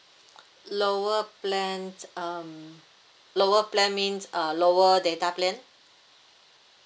lower plans um lower plan means uh lower data plan